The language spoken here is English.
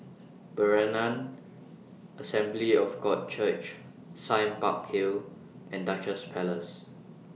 Berean Assembly of God Church Sime Park Hill and Duchess Place